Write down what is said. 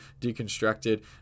deconstructed